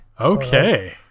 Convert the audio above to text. okay